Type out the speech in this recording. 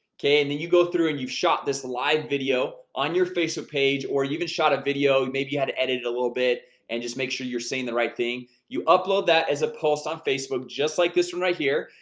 okay? and then you go through and you shot this live video on your facebook page or you can shot a video maybe how to edit it a little bit and just make sure you're saying the right thing you upload that as a pulse on facebook just like this one right here,